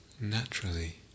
Naturally